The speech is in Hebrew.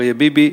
אריה ביבי,